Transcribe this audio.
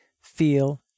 feel